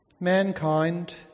mankind